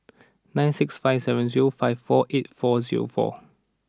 nine six five seven zero five four eight four zero four